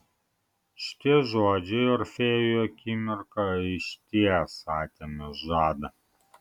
šitie žodžiai orfėjui akimirką išties atėmė žadą